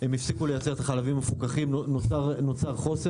הם הפסיקו לייצר את החלבים המפוקחים ונוצר חוסר.